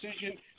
decision